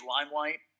Limelight